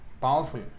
powerful